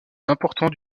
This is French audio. important